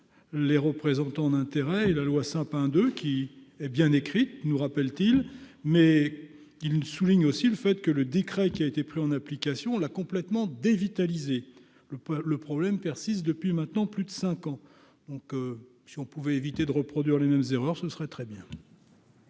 les représentants d'intérêts et la loi Sapin II, qui est bien écrite, nous rappelle-t-il, mais il souligne aussi le fait que le décret qui a été pris en application là complètement dévitalisé le poids, le problème persiste depuis maintenant plus de 5 ans, donc si on pouvait éviter de reproduire les mêmes erreurs, ce serait très bien.